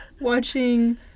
Watching